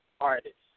artists